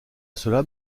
cela